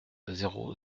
zéro